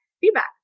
feedback